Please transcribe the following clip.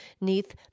neath